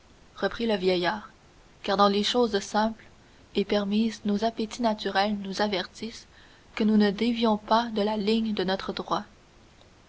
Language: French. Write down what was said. reprit le vieillard car dans les choses simples et permises nos appétits naturels nous avertissent que nous ne dévions pas de la ligne de notre droit